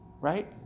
Right